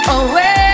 away